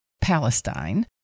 Palestine